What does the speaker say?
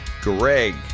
Greg